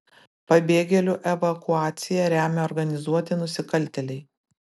pabėgėlių evakuaciją remia organizuoti nusikaltėliai